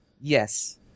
Yes